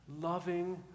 loving